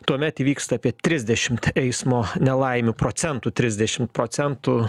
tuomet įvyksta apie trisdešim eismo nelaimių procentų trisdešim procentų